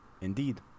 Indeed